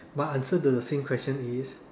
my answer to the same question is